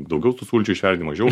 daugiau tų sulčių išverdi mažiau